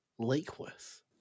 Lakeworth